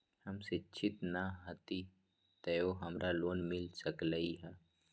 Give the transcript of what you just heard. हम शिक्षित न हाति तयो हमरा लोन मिल सकलई ह?